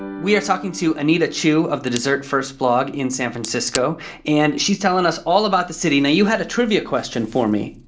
we are talking to anita chu of the dessert first blog in san francisco and she's telling us all about the city. now, you had a trivia question for me.